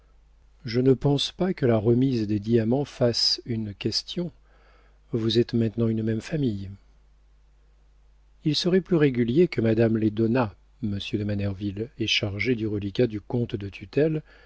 je ne pense pas que la remise des diamants fasse une question vous êtes maintenant une même famille il serait plus régulier que madame les donnât monsieur de manerville est chargé du reliquat du compte de tutelle